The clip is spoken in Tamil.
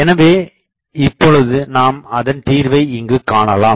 எனவே இப்பொழுது நாம் அதன் தீர்வை இங்குக் காணலாம்